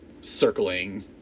circling